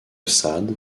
sade